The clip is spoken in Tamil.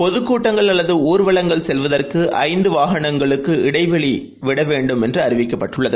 பொதுகூட்டங்கள் அல்லதுணர்வலங்கள் செல்வதற்குஐந்து வாகனங்களுக்குஒரு இடைவெளிவிடவேண்டும் என்றுஅறிவிக்கப்பட்டுள்ளது